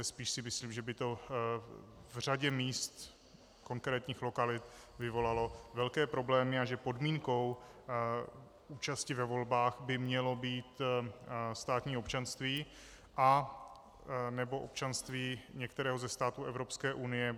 Spíš si myslím, že by to v řadě míst, konkrétních lokalit, vyvolalo velké problémy a že podmínkou účasti ve volbách by mělo být státní občanství nebo občanství některého ze států EU.